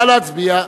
נא להצביע.